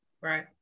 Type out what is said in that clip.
right